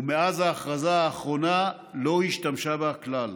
ומאז ההכרזה האחרונה לא השתמשה בה כלל.